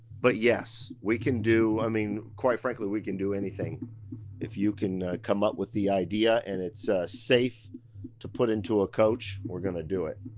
but yes. we can do, i mean, quite frankly, we can do anything if you can come up with the idea and it's safe to put into a coach, we're gonna do it.